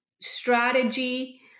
strategy